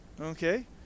Okay